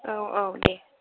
औ औ दे